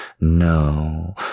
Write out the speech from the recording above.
No